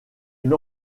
une